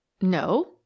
No